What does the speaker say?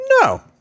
no